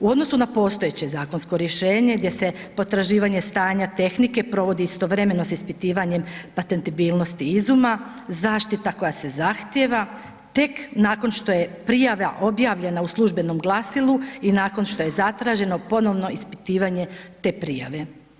U odnosu na postojeće zakonsko rješenje gdje se potraživanje stanja tehnike provodi istovremeno s ispitivanjem patentibilnosti izuma zaštita koja se zahtijeva tek nakon što je prijava objavljena u službenom glasilu i nakon što je zatraženo ponovno ispitivanje te prijave.